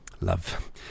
Love